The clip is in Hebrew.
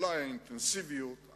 אולי האינטנסיביות,